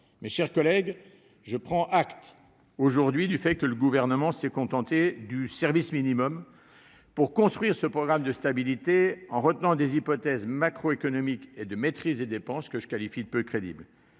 Mes chers collègues, je prends acte aujourd'hui du fait que le Gouvernement s'est contenté du service minimum pour construire ce programme de stabilité, en retenant des hypothèses macroéconomiques et de maîtrise des dépenses que j'estime peu crédibles.